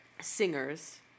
singers